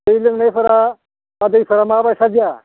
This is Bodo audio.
दै लोंनायफोरा बा दैफ्रा मा बायसा दैया